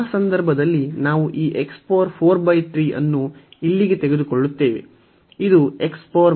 ಆ ಸಂದರ್ಭದಲ್ಲಿ ನಾವು ಈ ಅನ್ನು ಇಲ್ಲಿಗೆ ತೆಗೆದುಕೊಳ್ಳುತ್ತೇವೆ ಇದು ಈ x ಆಗಿದೆ